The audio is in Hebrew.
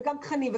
גם תכנים,